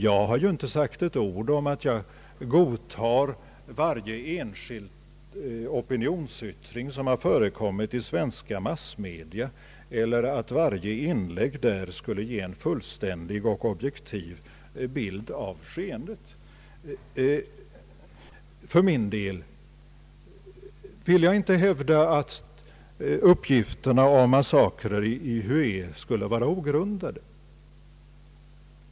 Jag har inte sagt ett ord om att jag godtar varje enskild opinionsyttring som förekommit i svenska massmedia eller att varje inlägg där skulle ge en fullständig och objektiv bild av skeendet. För min del vill jag inte hävda att uppgifterna om massakern i Hué skulle vara ogrundade.